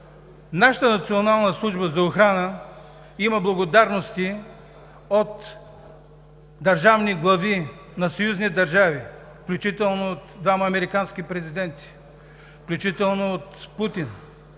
Нашата Национална служба за охрана има благодарности от държавни глави на съюзни държави, включително от двама американски президенти, включително от Путин,